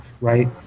right